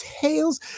tales